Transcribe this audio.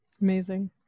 Amazing